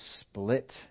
split